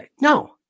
no